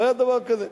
לא היה דבר כזה,